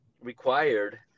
required